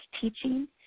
teaching